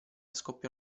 scoppiò